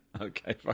Okay